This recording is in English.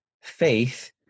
faith